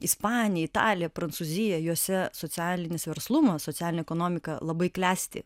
ispanija italija prancūzija jose socialinis verslumas socialinė ekonomika labai klesti